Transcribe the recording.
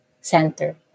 center